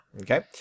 okay